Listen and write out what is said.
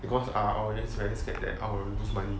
because ah oh it's very scared that I will lose money